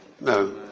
No